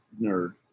nerd